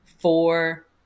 four